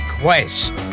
Quest